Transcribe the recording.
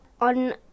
on